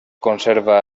conserva